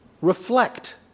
reflect